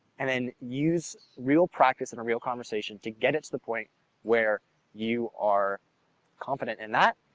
and then use real practice in a real conversation to get it to the point where you are confident in that,